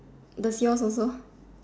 the kiosk also